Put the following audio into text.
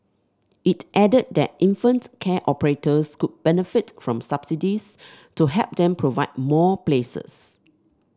it added that infant care operators could benefit from subsidies to help them provide more places